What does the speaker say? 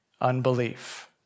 unbelief